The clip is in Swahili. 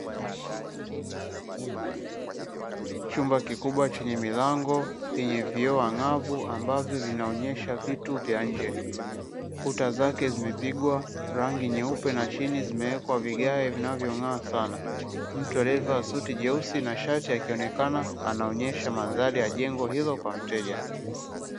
Chumba kikubwa chenye milango yenye vioo ang’avu ambavyo vinaonyesha vitu vya nje, kuta zake zimepigwa rangi nyeupe na chini zimewekwa vigae vinavyong’aa sana, mtu aliyevaa suti jeusi na shati akionekana anaonyesha mandhari ya jengo hilo kwa mteja.